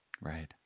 Right